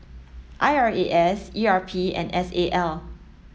I R A S E R P and S A L